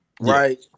Right